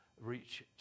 reach